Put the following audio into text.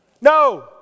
No